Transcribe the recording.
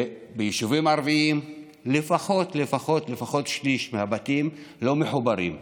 וביישובים ערביים לפחות שליש מהבתים לא מחוברים,